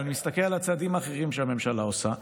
אבל אני מסתכל על הצעדים האחרים שהממשלה עושה,